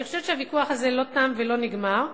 אני חושבת שהוויכוח הזה לא תם ולא נגמר,